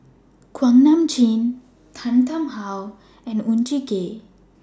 Kuak Nam Jin Tan Tarn How and Oon Jin Gee